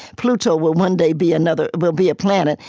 pluto will one day be another will be a planet,